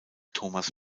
thomas